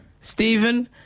Stephen